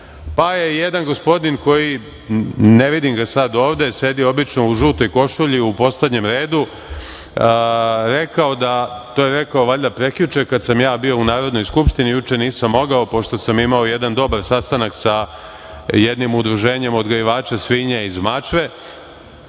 je jedan gospodin koji ne vidim ga sada ovde, sedi obično u žutoj košulji, u poslednjem redu, rekao, a to je rekao valjda prekjuče kada sam ja bio u Narodnoj skupštini, juče nisam mogao pošto sam imao jedan dobar sastanak sa jednim udruženjem odgajivača svinja iz Mačve,